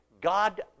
God